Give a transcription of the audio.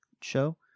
show